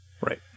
Right